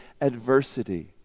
adversity